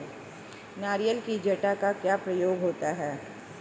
नारियल की जटा का क्या प्रयोग होता है?